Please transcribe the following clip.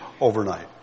overnight